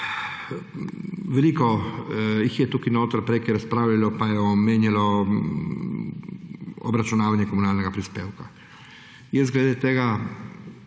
Veliko jih je tukaj notri, prej ko je razpravljalo, pa se je omenilo obračunavanje komunalnega prispevka. Glede tega